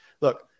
Look